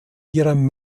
ihrem